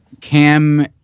cam